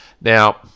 Now